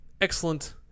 excellent